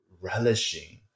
relishing